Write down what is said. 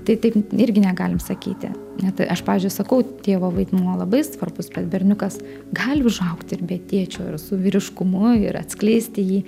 tai taip irgi negalim sakyti ne tai aš pavyzdžiui sakau tėvo vaidmuo labai svarbus bet berniukas gali užaugti ir be tėčio ir su vyriškumu ir atskleisti jį